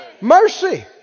Mercy